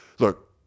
Look